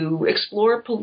explore